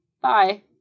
bye